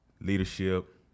leadership